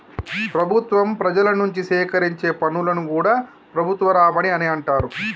ప్రభుత్వం ప్రజల నుంచి సేకరించే పన్నులను కూడా ప్రభుత్వ రాబడి అనే అంటరు